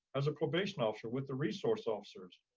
as a probation officer with the resource officers.